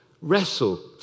wrestle